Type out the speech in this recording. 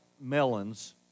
melons